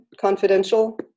confidential